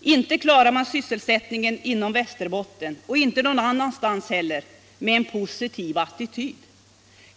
Inte klarar man sysselsättningen inom Västerbotten och inte någon annanstans heller med en positiv attityd.